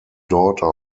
daughter